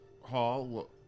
hall